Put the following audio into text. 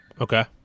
Okay